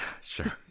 sure